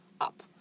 up